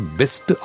best